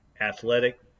athletic